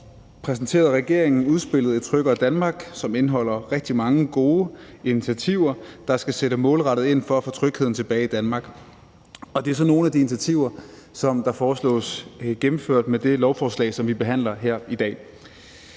præsenterede regeringen udspillet »Et tryggere Danmark«, som indeholder rigtig mange gode initiativer, der skal sætte målrettet ind for at få trygheden tilbage i Danmark. Det er så nogle af de initiativer, som foreslås gennemført med det lovforslag, som vi behandler her i dag.